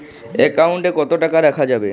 Account কত টাকা রাখা যাবে?